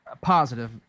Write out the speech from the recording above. positive